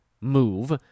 move